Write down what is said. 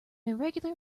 irregular